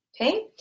okay